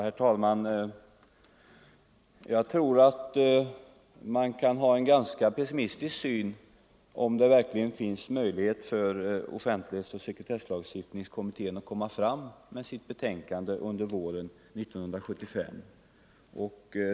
Nr 130 Herr talman! Jag tror att man kan ha en ganska pessimistisk syn på Torsdagen den offentlighetsoch sekretesslagstiftningskommitténs möjligheter att kom 28 november 1974 ma fram med sitt betänkande under våren 1975.